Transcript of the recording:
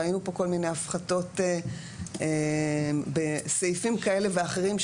ראינו פה כל מיני הפחתות בסעיפים כאלה ואחרים,